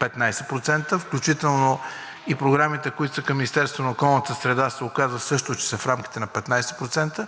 15%, включително и програмите, които са към Министерството на околната среда, се оказва, че са също в рамките на 15%.